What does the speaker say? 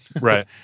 Right